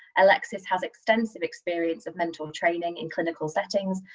alexis has extensive experience of mental training in clinical settings,